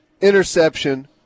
interception